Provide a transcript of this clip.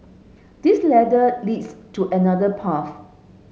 this ladder leads to another path